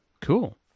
Cool